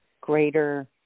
greater